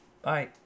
Bye